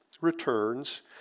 returns